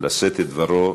לשאת את דברו.